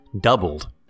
doubled